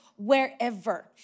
wherever